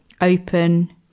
open